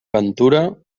ventura